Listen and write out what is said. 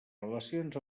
relacions